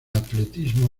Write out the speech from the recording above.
atletismo